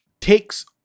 takes